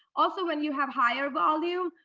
also when you have higher volume,